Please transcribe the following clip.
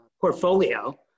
portfolio